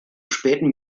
späten